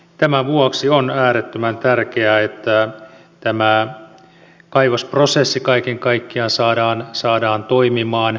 tämän vuoksi on äärettömän tärkeää että tämä kaivosprosessi kaiken kaikkiaan saadaan toimimaan